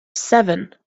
seven